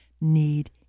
need